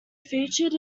featured